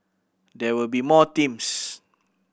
there will be more teams